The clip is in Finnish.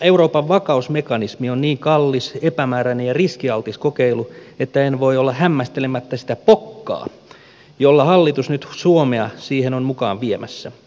euroopan vakausmekanismi on niin kallis epämääräinen ja riskialtis kokeilu että en voi olla hämmästelemättä sitä pokkaa jolla hallitus nyt suomea siihen on mukaan viemässä